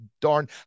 darn